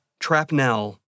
Trapnell